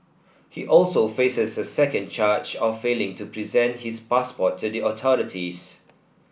he also faces a second charge of failing to present his passport to the authorities